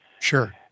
Sure